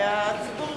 לעולמו,